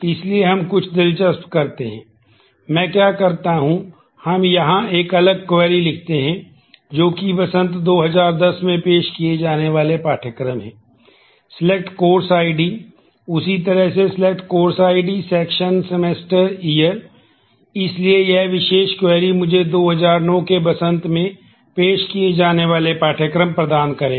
इसलिए हम कुछ दिलचस्प करते हैं मैं क्या करता हूं हम यहां एक अलग क्वेरी मुझे 2009 के वसंत में पेश किए जाने वाले पाठ्यक्रम प्रदान करेगा